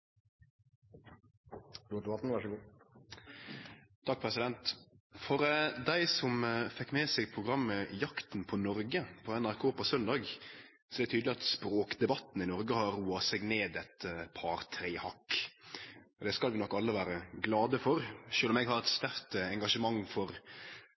det tydeleg at språkdebatten i Noreg har roa seg ned eit par–tre hakk. Det skal vi nok alle vere glade for. Sjølv om eg har eit sterkt engasjement for